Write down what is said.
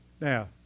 now